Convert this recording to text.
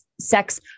sex